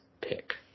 pick